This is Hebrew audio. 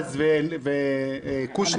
בועז וקושניר,